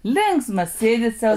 linksmą sėdi sau